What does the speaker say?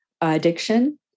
addiction